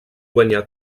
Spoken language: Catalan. guanyar